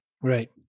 Right